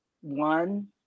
One